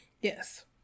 Yes